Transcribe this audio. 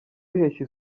bihesha